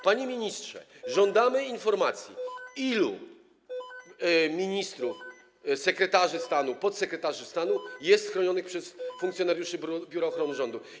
Panie ministrze, żądamy informacji, ilu ministrów, sekretarzy stanu, podsekretarzy stanu jest chronionych przez funkcjonariuszy Biura Ochrony Rządu.